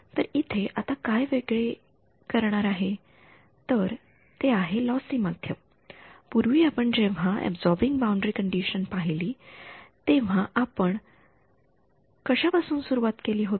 तर इथे आता वेगळे काय आहे तर ते आहे लॉसी माध्यम पूर्वी आपण जेव्हा अबसॉरबिन्ग बाउंडरी कंडिशन पाहिले तेव्हा आपण कशा पासून सुरुवात केली होती